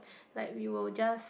like we will just